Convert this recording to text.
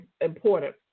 important